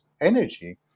energy